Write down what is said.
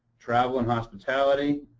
travel and hospitality,